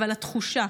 אבל התחושה,